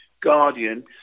Guardian